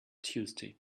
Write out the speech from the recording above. tuesday